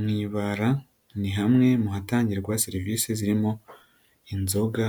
Mu ibara ni hamwe mu hatangirwa serivisi zirimo inzoga,